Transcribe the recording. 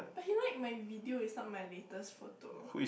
but he like my video it's not my latest photo